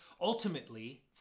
ultimately